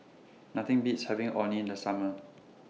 Nothing Beats having Orh Nee in The Summer